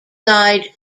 died